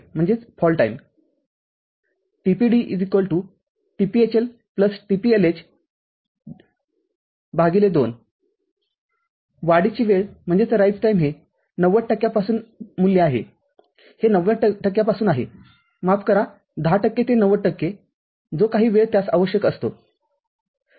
tPD tPHL tPLH २ वाढीची वेळ हे ९० टक्क्यांपासून मूल्य आहेहे ९० टक्क्यांपासून आहेमाफ करा१० टक्के ते ९० टक्के जो काही वेळ त्यास आवश्यक असतो